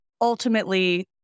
Ultimately